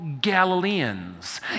Galileans